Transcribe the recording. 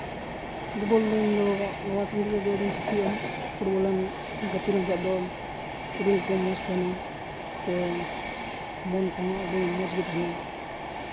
football ᱫᱚ ᱤᱧᱫᱚ ᱟᱹᱰᱤ ᱟᱸᱴᱤᱧ ᱠᱩᱥᱤᱭᱟᱜᱼᱟ ᱯᱷᱩᱴᱵᱚᱞ ᱮᱢ ᱜᱟᱛᱮ ᱞᱮᱱᱠᱷᱟᱱ ᱫᱚ ᱥᱚᱨᱤᱨ ᱠᱚ ᱢᱚᱡᱽ ᱛᱟᱦᱮᱱᱟ ᱥᱮ ᱢᱚᱱ ᱠᱚᱦᱚᱸ ᱟᱹᱰᱤ ᱢᱚᱡᱽ ᱜᱮ ᱛᱟᱦᱮᱱᱟ ᱟᱨ